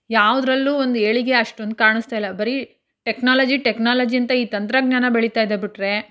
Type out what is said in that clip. ಯಾವುದರಲ್ಲೂ ಒಂದು ಏಳಿಗೆ ಅಷ್ಟೊಂದು ಕಾಣಿಸ್ತಾಯಿಲ್ಲ ಬರೀ ಟೆಕ್ನಾಲಜಿ ಟೆಕ್ನಾಲಜಿ ಅಂತ ಈ ತಂತ್ರಜ್ಞಾನ ಬೆಳಿತಾಯಿದೆ ಬಿಟ್ಟರೆ